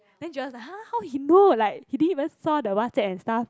then Joel is like !huh! how he know like he didn't even saw the WhatsApp and stuff